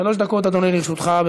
שלוש דקות, אדוני, לרשותך.